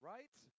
Right